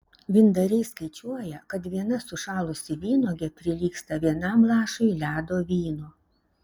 vyndariai skaičiuoja kad viena sušalusi vynuogė prilygsta vienam lašui ledo vyno